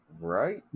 Right